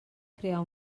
crear